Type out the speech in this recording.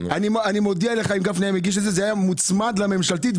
אני מודיע לך שזה היה מוצמד לממשלתית.